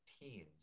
teens